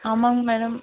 ஆமாங்க மேடம்